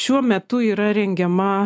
šiuo metu yra rengiama